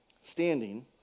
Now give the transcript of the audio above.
standing